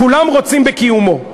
כולם רוצים בקיומו.